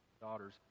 daughters